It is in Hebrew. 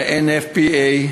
ה-NFPA,